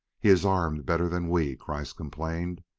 he is armed better than we, kreiss complained.